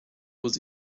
was